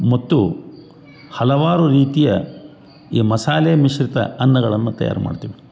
ಮತ್ತು ಹಲವಾರು ರೀತಿಯ ಈ ಮಸಾಲೆ ಮಿಶ್ರಿತ ಅನ್ನಗಳನ್ನು ತಯಾರು ಮಾಡ್ತೀವಿ